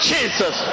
Jesus